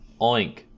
oink